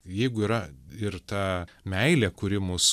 jeigu yra ir ta meilė kuri mus